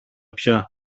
πια